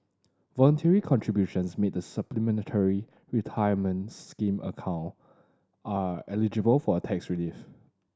voluntary contributions made the Supplementary Retirement Scheme account are eligible for a tax relief